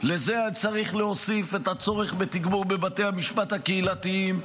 לזה היה צריך להוסיף את הצורך בתגבור בבתי המשפט הקהילתיים.